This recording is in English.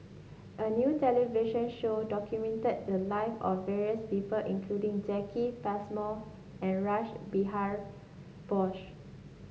a new television show documented the lives of various people including Jacki Passmore and Rash Behari Bose